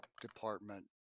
department